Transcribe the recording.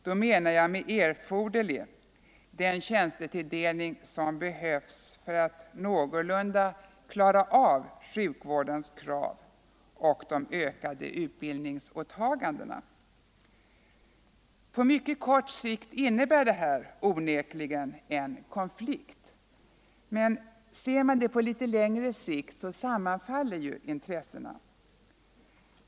Med erforderlig menar jag den tjänstetilldelning som behövs för att någorlunda klara av sjukvårdens krav och de ökade utbildningsåtagandena. På mycket kort sikt innebär detta onekligen en konflikt, men ser man det på litet längre sikt sammanfaller intressena.